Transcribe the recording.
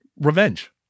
Revenge